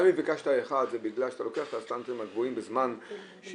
גם אם ביקשת 1 זה בגלל שאתה לוקח את הסטנדרטים הגבוהים בזמן -- לא,